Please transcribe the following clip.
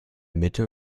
mitte